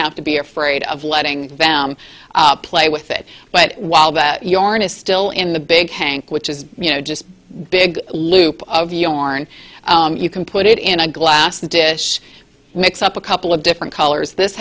have to be afraid of letting them play with it but while the yarn is still in the big tank which is you know just big loop of yarn you can put it in a glass dish mix up a couple of different colors this